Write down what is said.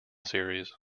series